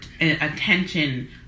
attention